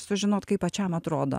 sužinot kaip pačiam atrodo